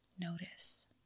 notice